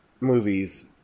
movies